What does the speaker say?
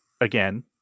again